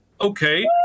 okay